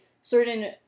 certain